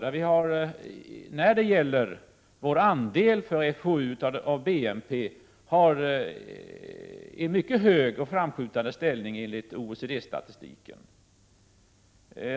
Fou:s andel av BNP har en mycket hög och framskjuten ställning enligt OECD-statistiken.